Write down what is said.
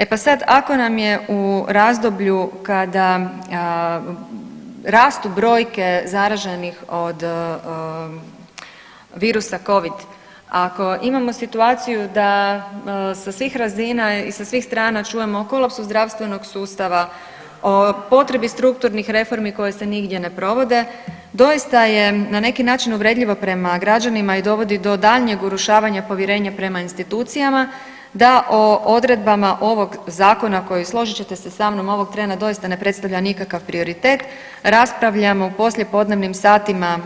E pa sad ako nam je u razdoblju kada rastu brojke zaraženih od virusa covid, ako imamo situaciju da sa svih razina i sa svih strana čujem o kolapsu zdravstvenog sustava, o potrebi strukturnih reformi koje se nigdje ne provode doista je na neki način uvredljivo prema građanima i dovodi do daljnjeg urušavanja povjerenja prema institucijama, da o odredbama ovog zakona koji složit ćete se sa mnom ovog trena doista ne predstavlja nikakav prioritet raspravljamo u poslije podnevnim satima